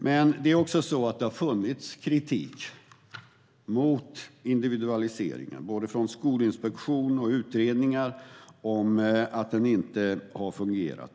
Men det har funnits kritik, både från Skolinspektionen och från utredningar, mot att individualiseringen inte har fungerat.